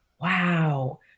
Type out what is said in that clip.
wow